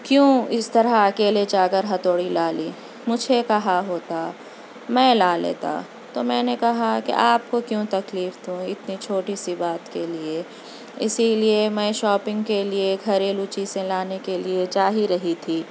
کیوں اِس طرح اکیلے جا کر ہتھوڑی لا لی مجھے کہا ہوتا میں لا لیتا تو میں نے کہا کہ آپ کو کیوں تکلیف دوں اتنی چھوٹی سی بات کے لئے اِسی لئے میں شاپنگ کے لئے گھریلو چیزیں لانے کے لئے جا ہی رہی تھی